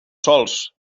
sols